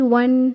one